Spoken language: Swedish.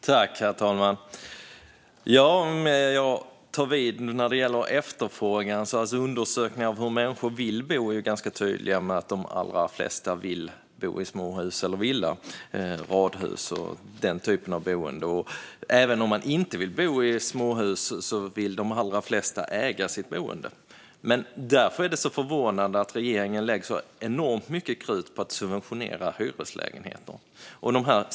Herr talman! Jag kan ta vid när det gäller efterfrågan. Undersökningar om var människor vill bo är ganska tydliga med att de allra flesta vill bo i småhus, såsom villor eller radhus. Även bland dem som inte vill bo i småhus vill de allra flesta äga sin bostad. Därför är det förvånande att regeringen lägger så enormt mycket krut på att subventionera hyreslägenheter.